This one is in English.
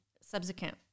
subsequent